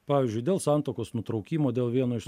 pavyzdžiui dėl santuokos nutraukimo dėl vieno iš